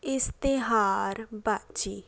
ਇਸ਼ਤਿਹਾਰਬਾਜ਼ੀ